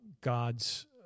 God's